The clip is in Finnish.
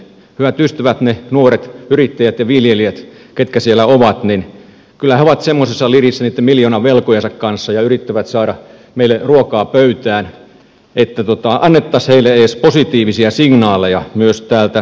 hyvät ystävät ne nuoret yrittäjät ja viljelijät ketkä siellä ovat kyllä he ovat semmoisessa lirissä niitten miljoonavelkojensa kanssa kun yrittävät saada meille ruokaa pöytään että annettaisiin heille edes positiivisia signaaleja täältä arkadianmäeltä